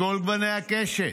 מכל גוני הקשת: